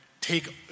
take